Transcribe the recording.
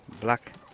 Black